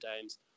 times